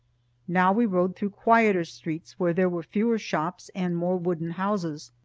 now we rode through quieter streets where there were fewer shops and more wooden houses.